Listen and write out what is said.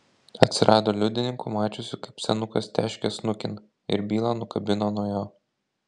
atsirado liudininkų mačiusių kaip senukas teškia snukin ir bylą nukabino nuo jo